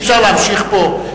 אי-אפשר להמשיך פה,